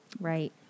Right